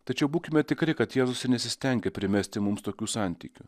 tačiau būkime tikri kad jėzus nesistengė primesti mums tokių santykių